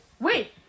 Wait